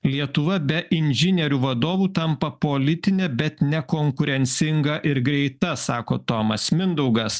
lietuva be inžinierių vadovų tampa politine bet nekonkurencinga ir greita sako tomas mindaugas